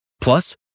Plus